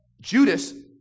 Judas